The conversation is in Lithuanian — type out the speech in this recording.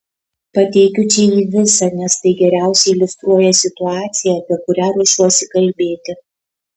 pateikiu čia jį visą nes tai geriausiai iliustruoja situaciją apie kurią ruošiuosi kalbėti